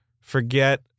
Forget